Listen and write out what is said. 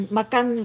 makan